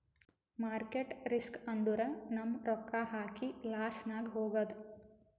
market risk ಅಂದುರ್ ನಮ್ ರೊಕ್ಕಾ ಹಾಕಿ ಲಾಸ್ನಾಗ್ ಹೋಗದ್